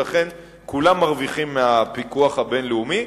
ולכן כולם מרוויחים מהפיקוח הבין-לאומי.